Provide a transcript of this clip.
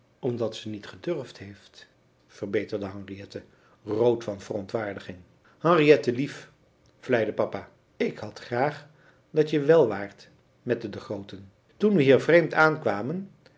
omdat ze niet gedurfd heeft verbeterde henriette rood van verontwaardiging henriette hef vleide papa ik had graag dat je wèl waart met de de grooten toen we hier vreemd aankwamen